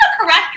correct